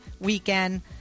weekend